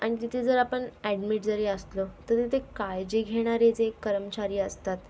आणि जिथे जर आपण ॲडमीट जरी असलो तरी तिथे काळजी घेणारे जे कर्मचारी असतात